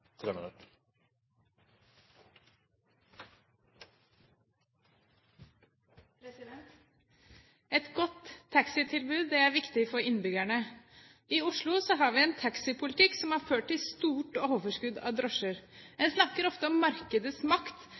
minutter. Et godt taxitilbud er viktig for innbyggerne. I Oslo har vi en taxipolitikk som har ført til et stort overskudd av drosjer. En snakker ofte om markedets makt,